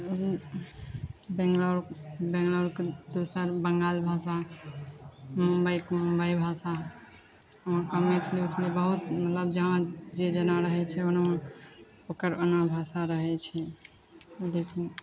बेंगलोर बेंगलोरके दोसर बंगाल भाषा मुंबइके मुंबइ भाषा मैथिली ओथिली बहुत मतलब जहाँ जे जेना रहैत छै ओना ओकर ओना भाषा रहैत छै देखू